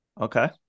Okay